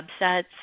subsets